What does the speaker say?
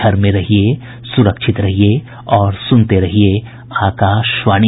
घर में रहिये सुरक्षित रहिये और सुनते रहिये आकाशवाणी